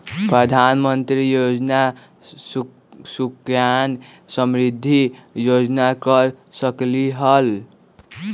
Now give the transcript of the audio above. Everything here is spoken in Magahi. प्रधानमंत्री योजना सुकन्या समृद्धि योजना कर सकलीहल?